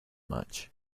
much